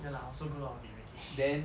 ya lah I also grew out of it already